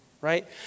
right